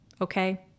okay